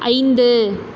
ஐந்து